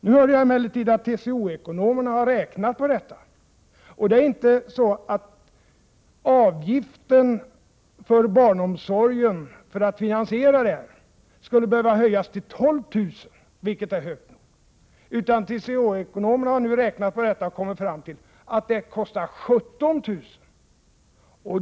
Nu hörde jag emellertid att TCO-ekonomerna har räknat på detta, och det ärinteså, att avgiften för att finansiera barnomsorgen skulle behöva höjas till 12 000 kr., vilket är högt, utan de har kommit fram till att det kostar 17 000 kr.